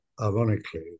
ironically